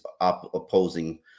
opposing